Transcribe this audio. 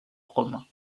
romains